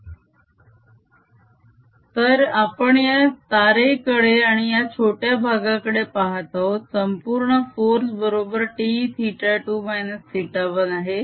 Vertical componentTsin2 Tsin1Horizontal componentT T0 तर आपण या तारेकडे आणि या छोट्या भागाकडे पाहत आहोत संपूर्ण फोर्स बरोबर T θ2 θ1 आहे